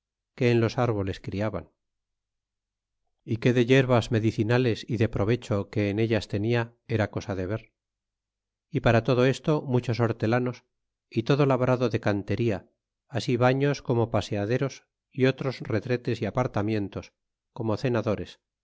que en los árboles criaban y que de yerbas medicinales y de provecho que en ellas tenia era cosa de ver y para todo esto muchos hortelanos y todo labrado de cantería así baños como paseaderos y otros retretes y apartamientos como cenadores